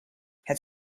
het